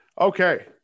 Okay